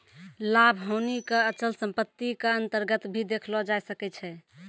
लाभ हानि क अचल सम्पत्ति क अन्तर्गत भी देखलो जाय सकै छै